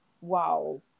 wow